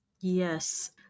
Yes